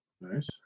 Nice